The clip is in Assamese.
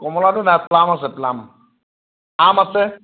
কমলাটো নাই প্লাম আছে প্লাম আছে আম আছে